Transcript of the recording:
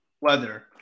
weather